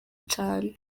cane